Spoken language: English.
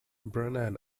brennan